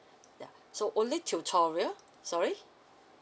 ya so only tutorial sorry